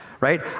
right